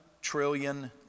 trillion